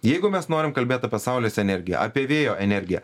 jeigu mes norim kalbėt apie saulės energiją apie vėjo energiją